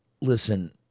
Listen